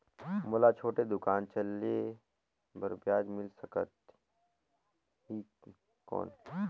मोला छोटे दुकान चले बर ब्याज मिल सकत ही कौन?